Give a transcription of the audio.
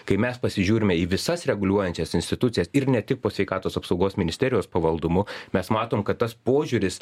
kai mes pasižiūrime į visas reguliuojančias institucijas ir ne tik po sveikatos apsaugos ministerijos pavaldumu mes matom kad tas požiūris